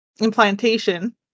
implantation